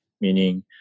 Meaning